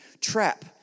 trap